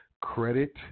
credit